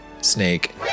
Snake